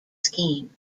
scheme